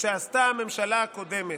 שעשתה הממשלה הקודמת.